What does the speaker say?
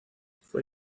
fue